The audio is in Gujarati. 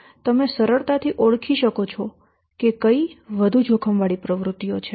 તમે સરળતાથી ઓળખી શકો છો કે કઈ વધુ જોખમવાળી પ્રવૃત્તિઓ છે